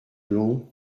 blondes